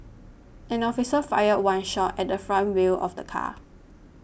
an officer fired one shot at the front wheel of the car